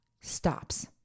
stops